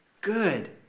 good